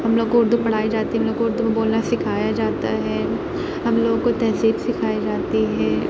ہم لوگ کو اردو پڑھائی جاتی ہے ہم لوگ کو اردو میں بولنا سکھایا جاتا ہے ہم لوگوں کو تہذیب سکھائی جاتی ہے